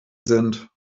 sind